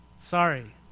Sorry